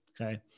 Okay